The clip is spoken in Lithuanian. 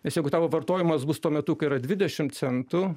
nes jeigu tavo vartojimas bus tuo metu kai yra dvidešim centų